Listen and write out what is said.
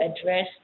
address